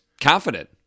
confident